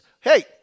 hey